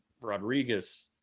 Rodriguez